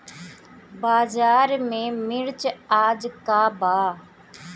बाजार में मिर्च आज का बा?